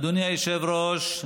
אדוני היושב-ראש,